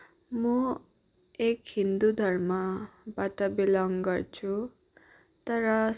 म एक हिन्दू धर्मबाट बिलङ गर्छु तर